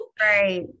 Right